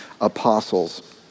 apostles